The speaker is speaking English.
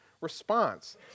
response